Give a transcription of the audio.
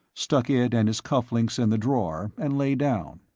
stuck it and his cuff links in the drawer and lay down.